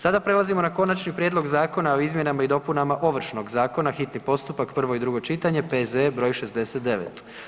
Sada prelazimo na Konačni prijedlog Zakona o izmjenama i dopunama Ovršnog zakona, hitni postupak, prvo i drugo čitanja, P.Z.E. broj 69.